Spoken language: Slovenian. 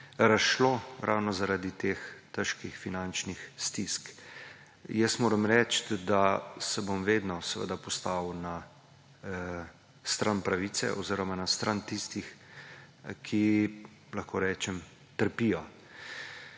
razšlo, ravno zaradi teh težkih finančnih stisk. Reči moram, da se bom seveda vedno postavil na stran pravice oziroma na stran tistih ki trpijo.